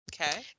Okay